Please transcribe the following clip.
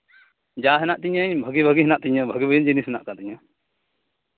ᱡᱟ ᱦᱮᱱᱟᱜ ᱛᱤᱧᱟᱹ ᱤᱧ ᱵᱷᱟᱹᱜᱤ ᱵᱷᱟᱹᱜᱤ ᱢᱮᱱᱟᱜ ᱛᱤᱧᱟ ᱵᱷᱟᱹᱜᱤ ᱵᱷᱟᱹᱜᱤ ᱡᱤᱱᱤᱥ ᱢᱮᱱᱟᱜ ᱟᱠᱟᱫ ᱛᱤᱧᱟᱹ